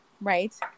Right